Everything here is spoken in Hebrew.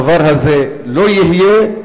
הדבר הזה לא יהיה,